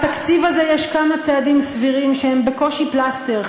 בתקציב הזה יש כמה צעדים סבירים שהם בקושי פלסטר,